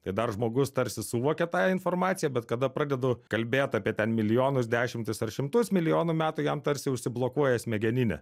tai dar žmogus tarsi suvokia tą informaciją bet kada pradedu kalbėt apie ten milijonus dešimtis ar šimtus milijonų metų jam tarsi užsiblokuoja smegeninė